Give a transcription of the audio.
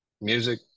music